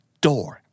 Door